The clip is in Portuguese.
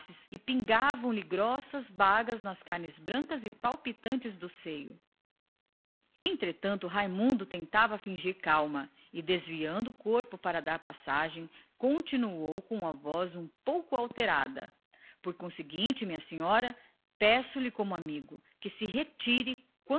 pingavam lhe grossas bagas nas carnes brancas e palpitantes do seio raimundo comoveu se mas procurou esconder a sua comoção e desviando o corpo para lhe dar passagem acrescentou com a voz pouco alterada peço-lhe que se retire